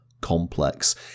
complex